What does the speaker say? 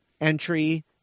entry